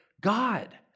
God